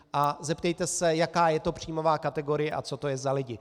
A zeptejte se, jaká je to příjmová kategorie a co to je za lidi.